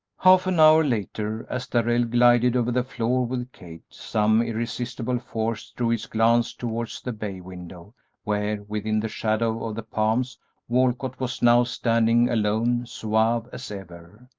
half an hour later, as darrell glided over the floor with kate, some irresistible force drew his glance towards the bay-window where within the shadow of the palms walcott was now standing alone, suave as ever.